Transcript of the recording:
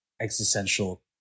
existential